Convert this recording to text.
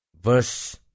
verse